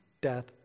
death